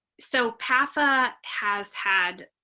so path ah has had